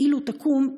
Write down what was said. בהנחה שתקום,